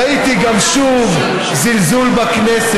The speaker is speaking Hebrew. ראיתי גם, שוב, זלזול בכנסת.